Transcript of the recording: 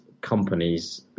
companies